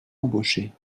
embaucher